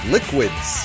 Liquids